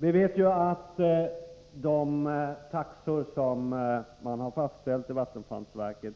Vi vet att de taxor som man har fastställt i vattenfallsverket